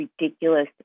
ridiculous